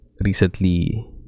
recently